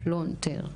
הפלונטר.